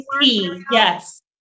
Yes